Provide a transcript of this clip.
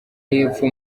y’epfo